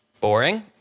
boring